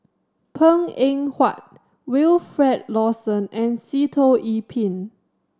Png Eng Huat Wilfed Lawson and Sitoh Yih Pin